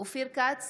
אופיר כץ,